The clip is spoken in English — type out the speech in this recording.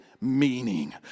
meaning